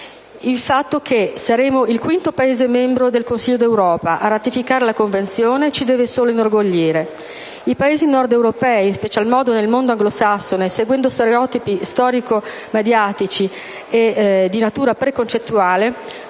Il fatto che saremo il quinto Paese membro del Consiglio d'Europa a ratificare la Convenzione ci deve solo inorgoglire. I Paesi nordeuropei, in special modo nel mondo anglosassone, seguendo stereotipi storico-mediatici e di natura preconcettuale,